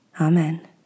Amen